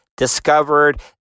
Discovered